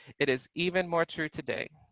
it is even more true today.